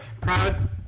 Proud